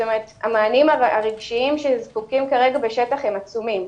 המענים הרגשיים שזקוקים להם עכשיו בשטח הם עצומים.